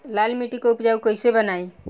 लाल मिट्टी के उपजाऊ कैसे बनाई?